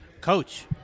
Coach